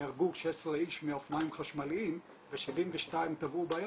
נהרגו 16 איש מאופניים חשמליים ו-72 טבעו בים